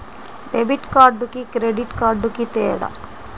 Debit కార్డుకి credit కార్డుకి తేడా?